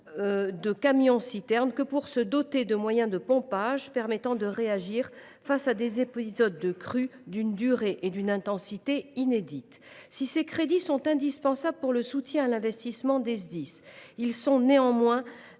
des camions citernes que pour se doter de moyens de pompage permettant de réagir face à des épisodes de crues d’une durée et d’une intensité inédites. Si ces crédits sont indispensables pour le soutien à l’investissement des Sdis, ils sont néanmoins